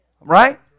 Right